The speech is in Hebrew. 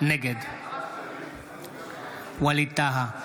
נגד ווליד טאהא,